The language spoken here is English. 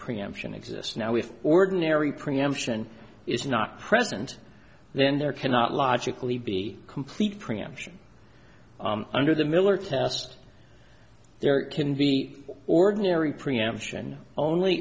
preemption exists now with ordinary preemption is not present then there cannot logically be complete preemption under the miller test there can be ordinary preemption only